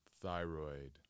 thyroid